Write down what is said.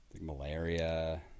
Malaria